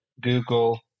Google